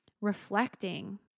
Reflecting